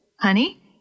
Honey